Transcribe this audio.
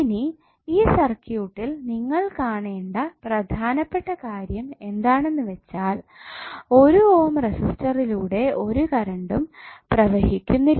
ഇനി ഈ സർക്യൂട്ടിൽ നിങ്ങൾ കാണേണ്ട പ്രധാനപ്പെട്ട കാര്യം എന്താണെന്ന് വെച്ചാൽ 1 ഓം റെസിസ്റ്ററിലൂടെ ഒരു കറണ്ടും പ്രവഹിക്കുന്നില്ല